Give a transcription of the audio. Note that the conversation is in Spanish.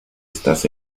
estas